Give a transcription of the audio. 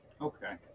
Okay